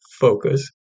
focus